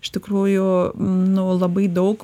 iš tikrųjų nu labai daug